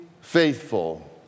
faithful